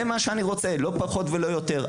זה מה שאני רוצה לא פחות ולא יותר,